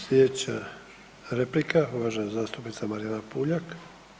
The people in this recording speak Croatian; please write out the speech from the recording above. Sljedeća replika uvažena zastupnica Marijana Puljak.